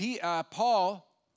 Paul